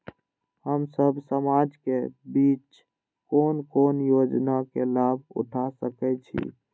हम सब समाज के बीच कोन कोन योजना के लाभ उठा सके छी?